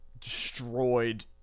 destroyed